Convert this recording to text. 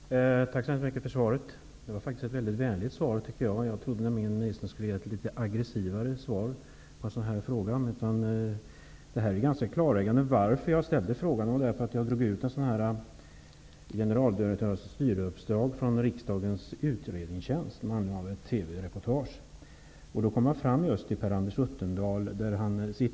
Herr talman! Tack så hemskt mycket för svaret. Det var faktiskt ett väldigt vänligt svar. Jag trodde nämligen att ministern skulle lämna ett litet aggressivare svar på en sådan här fråga. Det som framgår här är ganska klarläggande. Jag ställde min fråga med anledning av ett visst TV reportage. Genom riksdagens utredningstjänst har jag fått ett utdrag ur en utredning beträffande generaldirektörers styrelseuppdrag.